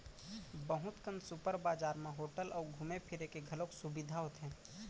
बहुत कन सुपर बजार म होटल अउ घूमे फिरे के घलौक सुबिधा होथे